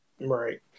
right